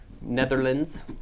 Netherlands